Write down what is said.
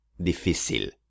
difícil